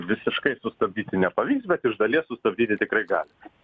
visiškai sustabdyti nepavyks bet iš dalies sustabdyti tikrai galime